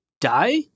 die